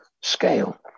scale